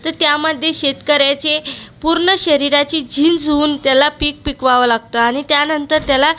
तर त्यामध्ये शेतकऱ्याचे पूर्ण शरीराची झीज होऊन त्याला पीक पिकवावं लागतं आणि त्यानंतर त्याला